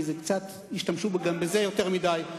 כי השתמשו גם בזה יותר מדי,